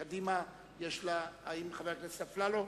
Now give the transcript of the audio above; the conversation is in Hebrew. קדימה, האם חבר הכנסת אפללו?